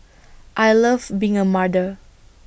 I love being A mother